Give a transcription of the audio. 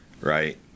right